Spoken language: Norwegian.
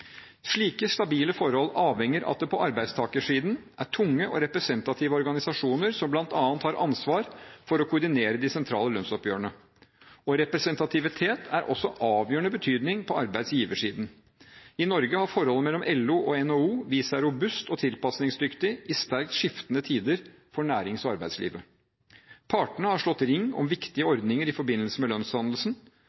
Slike stabile forhold avhenger av at det på arbeidstakersiden er tunge og representative organisasjoner, som bl.a. har ansvar for å koordinere de sentrale lønnsoppgjørene. Representativitet er også av avgjørende betydning på arbeidsgiversiden. I Norge har forholdet mellom LO og NHO vist seg robust og tilpasningsdyktig i sterkt skiftende tider for nærings- og arbeidslivet. Partene har slått ring om viktige